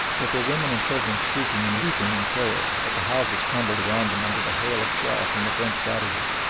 with their women and children shrieking and weeping in terror at the houses crumbling around them under the hail of shell from the french batteries,